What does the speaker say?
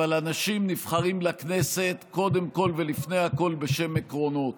אבל אנשים נבחרים לכנסת קודם כול ולפני הכול בשם עקרונות